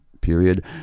period